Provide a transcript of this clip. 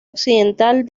occidental